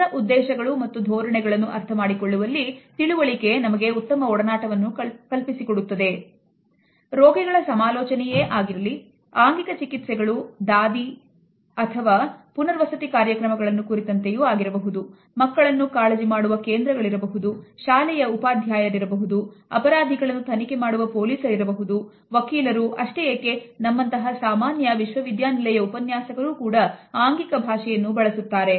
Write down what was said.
ರೋಗಿಗಳ ಸಮಾಲೋಚನೆಯೇ ಆಗಲಿ ಆಂಗಿಕ ಚಿಕಿತ್ಸೆಗಳು ದಾದಿ ಅಥವಾ ಪುನರ್ವಸತಿ ಕಾರ್ಯಕ್ರಮಗಳನ್ನು ಕುರಿತಂತೆ ಆಗಿರಬಹುದು ಮಕ್ಕಳನ್ನು ಕಾಳಜಿ ಮಾಡುವ ಕೇಂದ್ರಗಳಿರಬಹುದು ಶಾಲೆಯ ಉಪಾಧ್ಯಾಯರ ಬಹುದು ಅಪರಾಧಿಗಳನ್ನು ತನಿಖೆ ಮಾಡುವ ಪೊಲೀಸರಿಗೆ ಇರಬಹುದು ವಕೀಲರು ಅಷ್ಟೇ ಏಕೆ ನಮ್ಮಂತಹ ಸಾಮಾನ್ಯ ವಿಶ್ವವಿದ್ಯಾನಿಲಯದ ಉಪನ್ಯಾಸಕರು ಕೂಡ ಆಂಗಿಕ ಭಾಷೆಯನ್ನು ಬಳಸುತ್ತಾರೆ